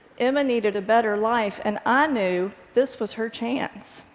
emma needed a better life, and i knew this was her chance.